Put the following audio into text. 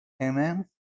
Amen